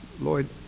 Lloyd